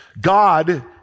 God